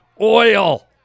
oil